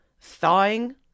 thawing